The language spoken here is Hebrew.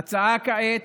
להצעה כעת